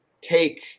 take